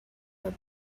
her